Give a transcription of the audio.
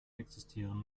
existieren